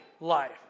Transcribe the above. life